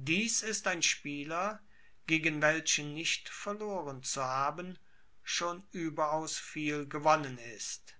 dies ist ein spieler gegen welchen nicht verloren zu haben schon überaus viel gewonnen ist